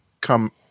come